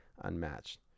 Unmatched